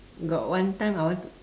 got one time I want to